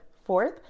Fourth